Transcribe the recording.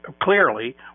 clearly